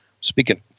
speaking